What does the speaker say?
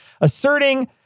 Asserting